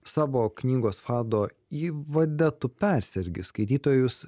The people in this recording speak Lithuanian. savo knygos fado įvade tupersergi skaitytojus